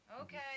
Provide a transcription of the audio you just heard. Okay